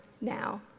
now